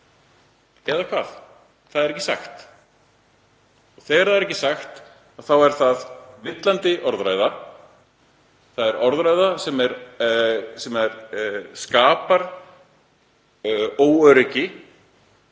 Eða hvað? Það er ekki sagt. Þegar það er ekki sagt þá er það villandi orðræða. Það er orðræða sem skapar óöryggi